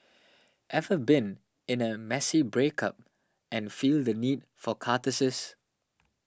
ever been in a messy breakup and feel the need for catharsis